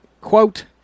quote